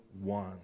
one